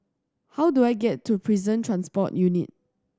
how do I get to Prison Transport Unit